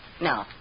No